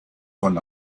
von